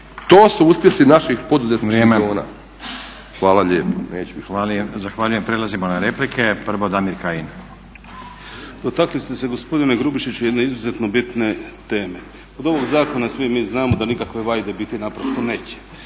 To su uspjesi naših poduzetničkih zona. Hvala lijepo.